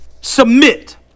submit